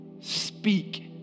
Speak